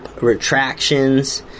retractions